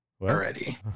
already